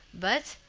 but,